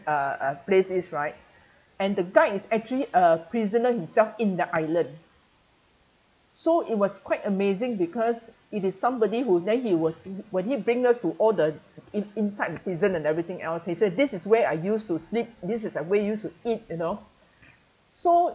uh uh place is right and the guy is actually a prisoner himself in the island so it was quite amazing because it is somebody who then he would when he bring us to all the in inside the prison and everything else he said this is where I used to sleep this is are where I used to eat you know so